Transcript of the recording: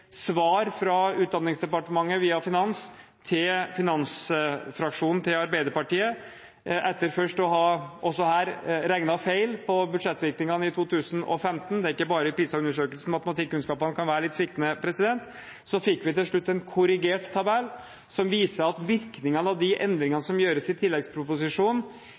svar fra Utdanningsdepartementet, via finans, til finansfraksjonen i Arbeiderpartiet. Etter først også her å ha regnet feil på budsjettvirkningene i 2015 – det er ikke bare i forbindelse med PISA-undersøkelsen matematikkunnskapene kan være litt sviktende – fikk vi til slutt en korrigert tabell som viser at virkningene av de endringene som gjøres i tilleggsproposisjonen,